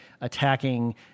attacking